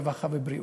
הרווחה והבריאות.